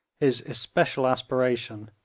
his especial aspiration,